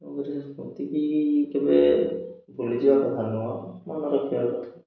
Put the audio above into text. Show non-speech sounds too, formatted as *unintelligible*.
*unintelligible* ସ୍ମୃତି ବି କେବେ ଭୁଳିଯିବା କଥା ନୁହଁ ମନେ ରଖିବା କଥା